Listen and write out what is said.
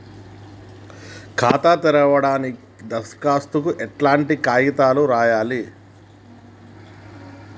ఖాతా తెరవడానికి దరఖాస్తుకు ఎట్లాంటి కాయితాలు రాయాలే?